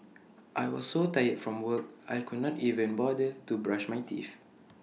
I was so tired from work I could not even bother to brush my teeth